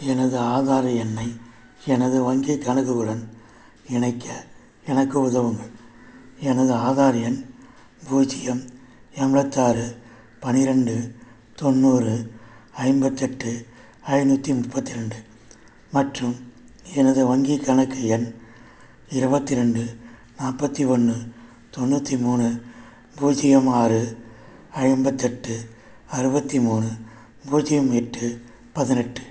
எனது ஆதார் எண்ணை எனது வங்கி கணக்குகளுடன் இணைக்க எனக்கு உதவுங்கள் எனது ஆதார் எண் பூஜ்யம் எம்பத்தாறு பன்னிரெண்டு தொண்ணூறு ஐம்பத்தெட்டு ஐநூற்றி முப்பத்தி ரெண்டு மற்றும் எனது வங்கி கணக்கு எண் இருபத்தி ரெண்டு நாற்பத்தி ஒன்று தொண்ணூற்றி மூணு பூஜ்யம் ஆறு ஐம்பத்தெட்டு அறுபத்தி மூணு பூஜ்யம் எட்டு பதினெட்டு